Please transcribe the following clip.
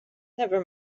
never